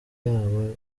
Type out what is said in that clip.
yabo